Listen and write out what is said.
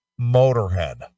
Motorhead